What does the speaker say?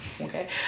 Okay